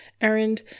errand